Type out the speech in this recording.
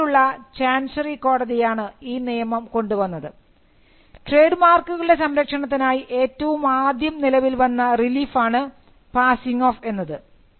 യുകെയിൽ ഉള്ള ചാൻസെറി കോടതിയാണ് ഈ നിയമം കൊണ്ടുവന്നത് ട്രേഡ് മാർക്കുകളുടെ സംരക്ഷണത്തിനായി ഏറ്റവും ആദ്യം നിലവിൽ വന്ന റിലീഫ് ആണ് പാസിംഗ് ഓഫ് എന്നത്